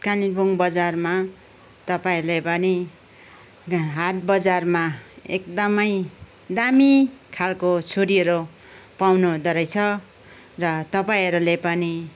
कालिम्पोङ बजारमा तपाईँहरूले पनि हाट बजारमा एकदमै दामी खालको छुरीहरू पाउँँनु हुँदोरहेछ र तपाईँहरूले पनि